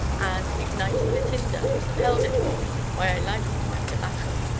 and, igniting the tinder, held it for me while i lighted my tobacco.